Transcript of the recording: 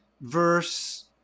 verse